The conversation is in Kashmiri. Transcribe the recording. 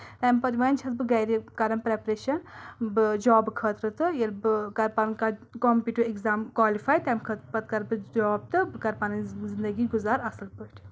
تمہِ پَتہٕ وۄنۍ چھَس بہٕ گرِ کران پریپریشن بہٕ جابہٕ خٲطرٕ تہٕ ییٚلہِ بہٕ کَرٕ پَنُن کانٛہہ کَمپیٹو ایٚگزام کالِفاے تَمہِ خٲطرٕ پَتہٕ کَرٕ بہٕ جاب تہٕ بہٕ کَرٕ پَنٕنۍ زندگی گُزار اَصٕل پٲٹھۍ